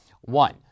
one